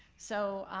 so,